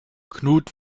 knut